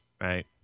right